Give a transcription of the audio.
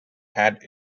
had